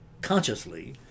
consciously